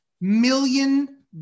Million